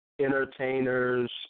entertainers